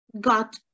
got